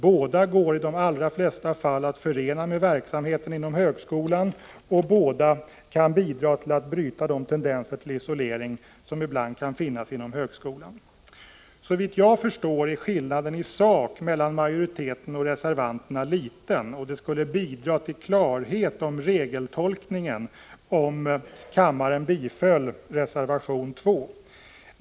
Båda går i de flesta fall att förena med verksamheten i högskolan, och båda kan bidra till att bryta de tendenser till isolering som ibland kan finnas inom högskolan. Såvitt jag förstår är skillnaden i sak mellan majoriteten och reservanterna liten, och det skulle bidra till klarhet i fråga om regeltolkningen, om kammaren biföll reservation 2.